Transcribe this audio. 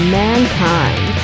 mankind